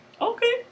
Okay